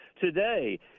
today